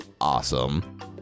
awesome